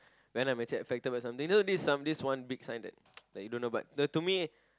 when I'm actually affected by something you know this some this one big sign that like you don't but the to me